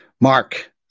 Mark